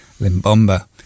Limbomba